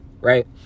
right